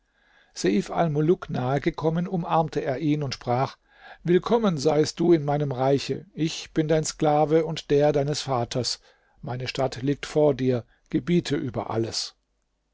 nahe gekommen umarmte er ihn und sprach willkommen seiest du in meinem reiche ich bin dein sklave und der deines vaters meine stadt liegt vor dir gebiete über alles